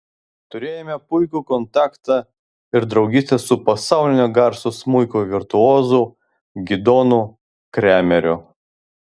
turėjome puikų kontaktą ir draugystę su pasaulinio garso smuiko virtuozu gidonu kremeriu